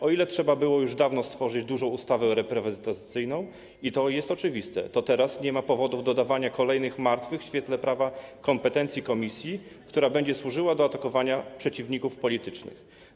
O ile trzeba było już dawno stworzyć dużą ustawę reprywatyzacyjną, i to jest oczywiste, o tyle teraz nie ma powodów do dawania kolejnych martwych w świetle prawa kompetencji komisji, która będzie służyła do atakowania przeciwników politycznych.